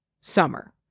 summer